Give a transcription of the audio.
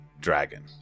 dragon